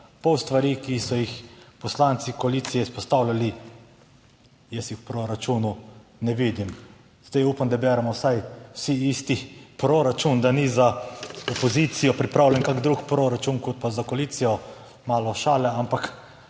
pol stvari, ki so jih poslanci koalicije izpostavljali, jaz jih v proračunu ne vidim. Zdaj upam, da beremo vsaj vsi isti proračun, da ni za opozicijo pripravljen kak drug proračun, kot pa za koalicijo, malo šale, ampak